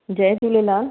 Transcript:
Jay Jhulelal